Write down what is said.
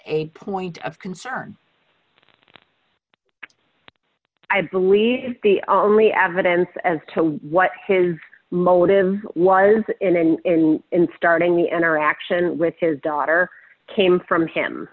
a point of concern i believe the only evidence as to what his motive was in in starting the interaction with his daughter came from